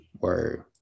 Word